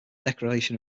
declaration